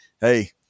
hey